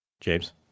james